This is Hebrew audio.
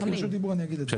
יש